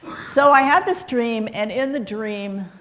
so i had this dream. and in the dream,